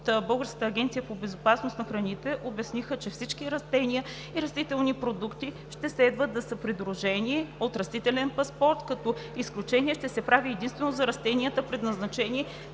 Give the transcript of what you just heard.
Българската агенция по безопасност на храните обясниха, че всички растения и растителни продукти ще следва да са придружени от растителен паспорт, като изключение ще се прави единствено за растенията, предназначени